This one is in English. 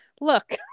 look